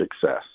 success